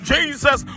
Jesus